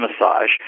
massage